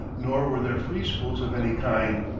nor were there free schools of any kind.